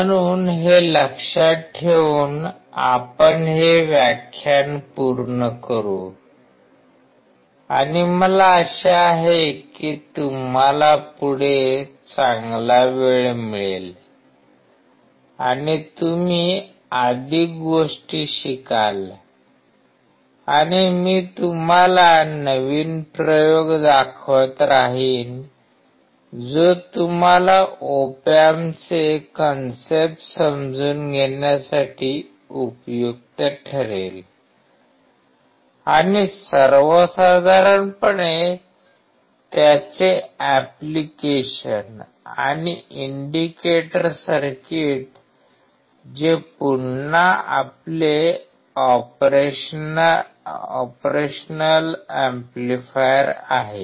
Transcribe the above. म्हणून हे लक्षात ठेवून आपण हे व्याख्यान पूर्ण करू आणि मला आशा आहे की तुम्हाला पुढे चांगला वेळ मिळेल आणि तुम्ही अधिक गोष्टी शिकाल आणि मी तुम्हाला नवीन प्रयोग दाखवत राहीन जो तुम्हाला ओप एम्पचे कंसेप्ट समजून घेण्यासाठी उपयुक्त ठरेल आणि सर्वसाधारणपणे त्यांचे एप्लिकेशन आणि इंडिकेटर सर्किट जे पुन्हा आपले ऑपरेशन एम्पलीफायर आहे